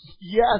Yes